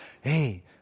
Hey